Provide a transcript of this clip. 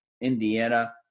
indiana